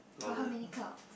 got how many cloud